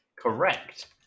Correct